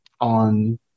on